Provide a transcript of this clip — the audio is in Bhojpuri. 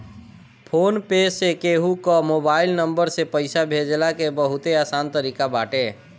फ़ोन पे से केहू कअ मोबाइल नंबर से पईसा भेजला के बहुते आसान तरीका बाटे